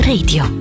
Radio